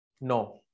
no